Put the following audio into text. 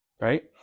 right